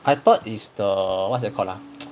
I thought is the what's that called ah